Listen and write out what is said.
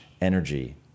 Energy